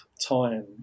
time